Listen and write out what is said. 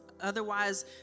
otherwise